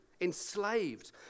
enslaved